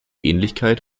ähnlichkeit